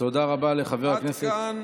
תודה רבה לחבר הכנסת, עד כאן.